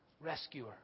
rescuer